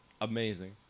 Amazing